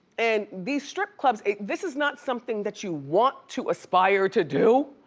and these strip clubs, this is not something that you want to aspire to do,